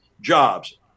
jobs